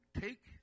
take